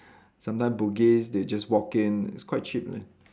sometimes Bugis they just walk in it's quite cheap ah